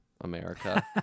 america